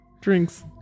drinks